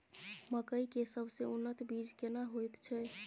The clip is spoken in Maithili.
मकई के सबसे उन्नत बीज केना होयत छै?